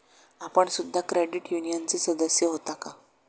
आपण सुद्धा क्रेडिट युनियनचे सदस्य होता का?